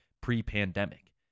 pre-pandemic